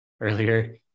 earlier